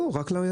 לא, רק ליזם.